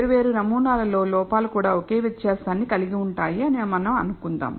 వేర్వేరు నమూనాలు లో లోపాలు కూడా ఒకే వ్యత్యాసాన్ని కలిగి ఉంటాయి అని మనం అనుకుందాం